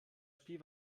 spiel